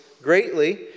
greatly